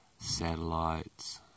Satellites